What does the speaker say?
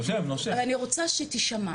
אני רוצה שתישמע,